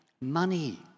money